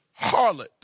harlot